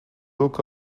look